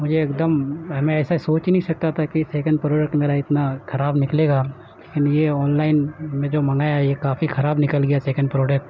مجھے ایک دم ہمیں ایسا سوچ ہی نہیں سکتا تھا کہ سیکنڈ پروڈکٹ میرا اتنا خراب نکلے گا یہ آن لائن میں جو منگایا ہے یہ کافی خراب نکل گیا سیکنڈ پروڈکٹ